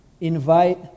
invite